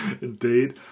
Indeed